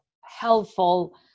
helpful